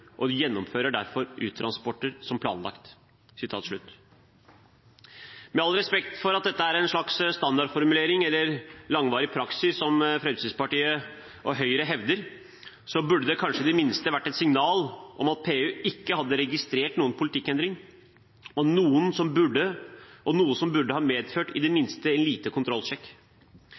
og gjennomfører derfor uttransporter som planlagt.» Med all respekt for at dette er en slags standardformulering eller langvarig praksis som Fremskrittspartiet og Høyre hevder, burde det kanskje i det minste vært et signal om at PU ikke hadde registrert noen politikkendring, og noe som burde ha medført i det